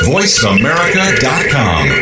VoiceAmerica.com